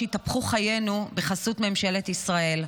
התהפכו חיינו בחסות ממשלת ישראל.